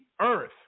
earth